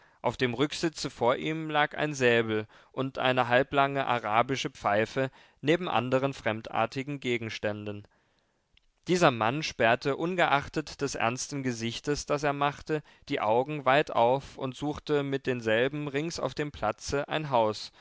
auf dem rücksitze vor ihm lag ein säbel und eine halblange arabische pfeife neben anderen fremdartigen gegenständen dieser mann sperrte ungeachtet des ernsten gesichtes das er machte die augen weit auf und suchte mit denselben rings auf dem platze ein haus